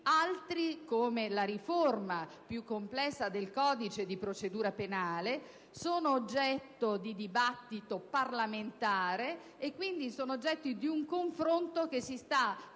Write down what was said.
altri, come la riforma più complessa del codice di procedura penale, sono oggetto di dibattito parlamentare e, quindi, di un confronto che si sta svolgendo